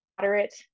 moderate